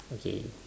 okay